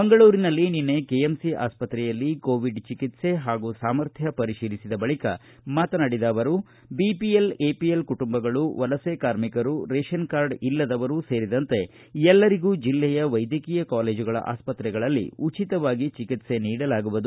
ಮಂಗಳೂರಿನಲ್ಲಿ ನಿನ್ನೆ ಕೆಎಂಸಿ ಆಸ್ಪತ್ರೆಯಲ್ಲಿ ಕೋವಿಡ್ ಚಿಕಿತ್ತೆ ಹಾಗೂ ಸಾಮರ್ಥ್ನ ಪರಿತೀಲಿಸಿದ ಬಳಿಕ ಮಾತನಾಡಿ ಬಿಪಿಎಲ್ ಎಪಿಎಲ್ ಕುಟುಂಬಗಳು ವಲಸೆ ಕಾರ್ಮಿಕರು ರೇಶನ್ ಕಾರ್ಡ್ ಇಲ್ಲದವರು ಸೇರಿದಂತೆ ಎಲ್ಲರಿಗೂ ಜಿಲ್ಲೆಯ ವೈದ್ಯಕೀಯ ಕಾಲೇಜುಗಳ ಆಸ್ಪತ್ರೆಗಳಲ್ಲಿ ಉಚಿತವಾಗಿ ಚಿಕಿತ್ಸೆ ನೀಡಲಾಗುವುದು